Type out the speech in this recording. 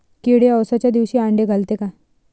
किडे अवसच्या दिवशी आंडे घालते का?